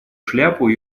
шляпу